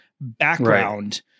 background